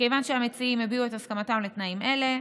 מכיוון שהמציעים הביעו את הסכמתם לתנאים אלה,